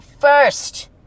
first